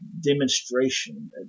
demonstration